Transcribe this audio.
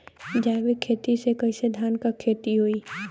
जैविक खेती से कईसे धान क खेती होई?